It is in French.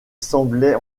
semblait